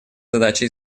задача